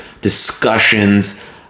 discussions